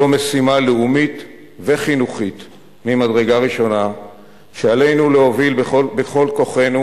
זו משימה לאומית וחינוכית ממדרגה ראשונה שעלינו להוביל בכל כוחנו,